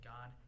God